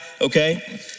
okay